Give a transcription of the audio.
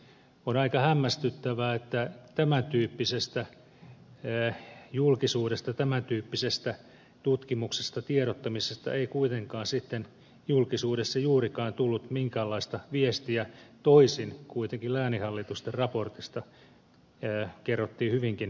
on aika hämmästyttävää että tämän tyyppisestä julkisuudesta tämän tyyppisestä tutkimuksesta tiedottamisesta ei kuitenkaan sitten julkisuudessa juurikaan tullut minkäänlaista viestiä kun toisin kuitenkin lääninhallitusten raportista kerrottiin hyvinkin laajasti